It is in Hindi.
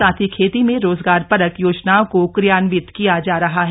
साथ ही खेती में रोजगार परक योजनाओं को क्रियान्वित किया जा रहा है